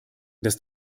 das